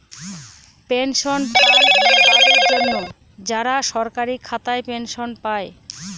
pension fund তাদের জন্য, যারা সরকারি খাতায় পেনশন পায়